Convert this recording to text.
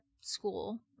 School